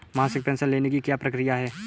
मासिक पेंशन लेने की क्या प्रक्रिया है?